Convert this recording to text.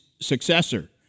successor